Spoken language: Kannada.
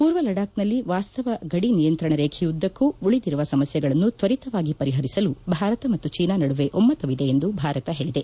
ಪೂರ್ವ ಲಡಾಕ್ನಲ್ಲಿ ವಾಸ್ತವ ಗಡಿ ನಿಯಂತ್ರಣ ರೇಖೆಯುದ್ದಕ್ಕೂ ಉಳಿದಿರುವ ಸಮಸ್ಥೆಗಳನ್ನು ತ್ವರಿತವಾಗಿ ಪರಿಪರಿಸಲು ಭಾರತ ಮತ್ತು ಜೀನಾ ನಡುವೆ ಒಮ್ಮತವಿದೆ ಎಂದು ಭಾರತ ಹೇಳಿದೆ